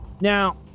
Now